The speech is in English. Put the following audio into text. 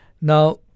Now